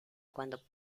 cuando